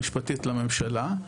היועצת המשפטית לממשלה,